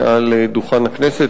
מעל דוכן הכנסת.